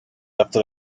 after